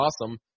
awesome